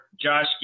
Josh